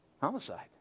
Homicide